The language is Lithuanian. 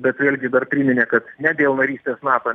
bet vėlgi dar priminė kad ne dėl narystės nato